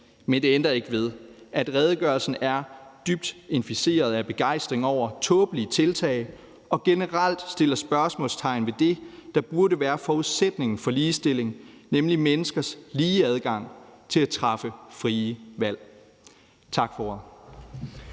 men det ændrer ikke ved, at redegørelsen er dybt inficeret af begejstring over tåbelige tiltag og generelt sætter spørgsmålstegn ved det, der burde være forudsætningen for ligestilling, nemlig menneskers lige adgang til at træffe frie valg. Tak for ordet.